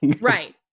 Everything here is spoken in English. right